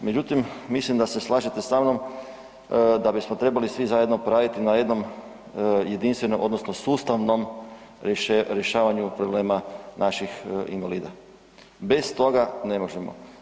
Međutim, mislim da se slažete sa mnom da bismo trebali svi zajedno poraditi na jednom jedinstvenom odnosno sustavnom rješavanju problema naših invalida, bez toga ne možemo.